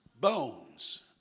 Bones